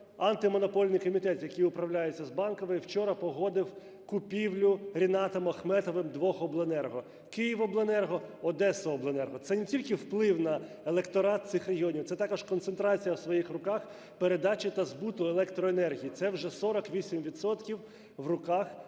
Антимонопольний комітет, який управляється з Банкової, вчора погодив купівлю Рінатом Ахметовим двох обленерго: "Київобленерго", "Одесаобленерго". Це не тільки вплив на електорат цих регіонів, це також концентрація в своїх руках передачі та збуту електроенергії. Це вже 48 відсотків